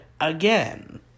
again